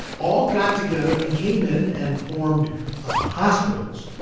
all got together and came in and formed hospitals,